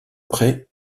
près